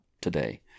today